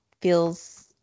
feels